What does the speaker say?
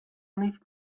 nicht